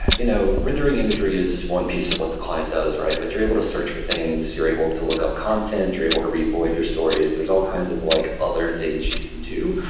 you know rendering imagery is just one piece of what the client does, right? but you're able to search for things, you're able to look up content, you're able to read-void your stories, there's all kinds of like other things you can do.